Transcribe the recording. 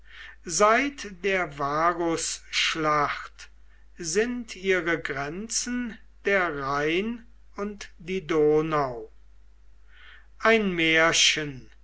seit der varusschlacht sind ihre grenzen der rhein und die donau ein märchen